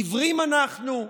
עיוורים אנחנו?